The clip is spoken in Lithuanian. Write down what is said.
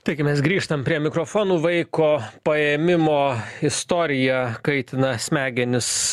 taigi mes grįžtam prie mikrofonų vaiko paėmimo istorija kaitina smegenis